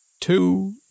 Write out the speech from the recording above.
two